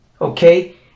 okay